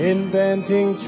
Inventing